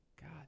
God